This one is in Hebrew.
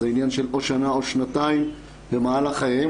זה עניין של או שנה או שנתיים במהלך חייהם.